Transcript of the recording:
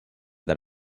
that